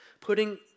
Putting